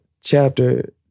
chapter